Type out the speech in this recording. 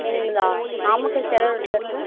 எங்களுதா நாமக்கல் சேலம் ரோட்டில் இருக்குது